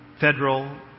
federal